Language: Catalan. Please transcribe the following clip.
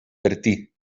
bertí